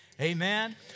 Amen